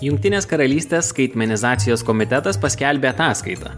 jungtinės karalystės skaitmenizacijos komitetas paskelbė ataskaitą